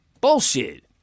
Bullshit